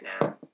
now